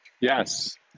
Yes